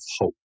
hope